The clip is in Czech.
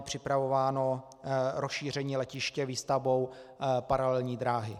připravováno rozšíření letiště výstavbou paralelní dráhy.